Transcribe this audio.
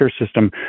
system